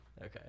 okay